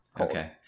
Okay